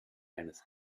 eines